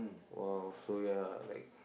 !wow! so ya like